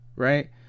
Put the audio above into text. right